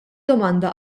domanda